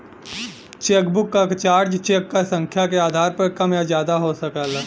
chequebook क charge cheque क संख्या के आधार पर कम या ज्यादा हो सकला